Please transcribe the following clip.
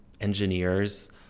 engineers